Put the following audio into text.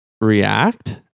React